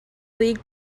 league